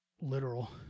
literal